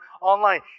online